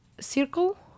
circle